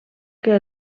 que